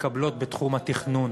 מתקבלות בתחום התכנון,